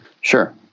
Sure